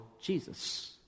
Jesus